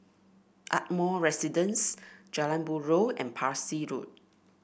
Ardmore Residence Jalan Buroh and Parsi Road